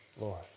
Lord